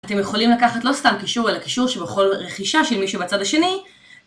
אתם יכולים לקחת לא סתם קישור, אלא קישור שבכל רכישה של מישהו בצד השני.